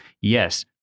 yes